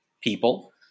people